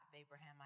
Abraham